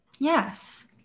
Yes